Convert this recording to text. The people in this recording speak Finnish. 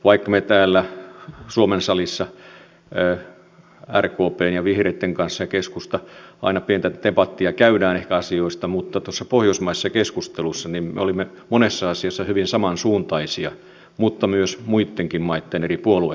vaikka täällä suomen salissa rkpn ja vihreiden kanssa käy keskusta aina pientä debattia ehkä asioista niin tuossa pohjoismaisessa keskustelussa me olimme monessa asiassa hyvin samansuuntaisia mutta myös muitten maitten eri puolueitten kanssa